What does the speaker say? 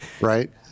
Right